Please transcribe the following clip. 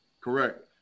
Correct